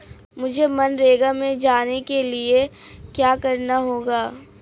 मुझे मनरेगा में जाने के लिए क्या करना होगा?